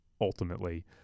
ultimately